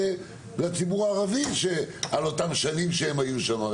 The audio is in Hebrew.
לציבור הערבי על אותן שנים שהם היו שם.